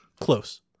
close